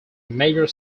major